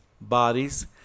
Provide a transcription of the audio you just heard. bodies